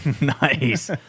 nice